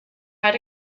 had